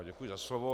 Děkuji za slovo.